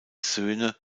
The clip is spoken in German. söhne